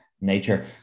nature